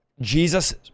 Jesus